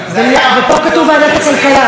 ופה כתוב ועדת הכלכלה.